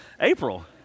April